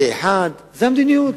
זו המדיניות.